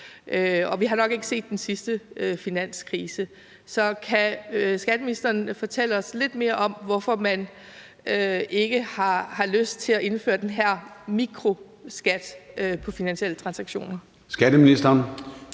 og vi har nok ikke set den sidste finanskrise. Så kan skatteministeren fortælle os lidt mere om, hvorfor man ikke har lyst til at indføre den her mikroskat på finansielle transaktioner? Kl.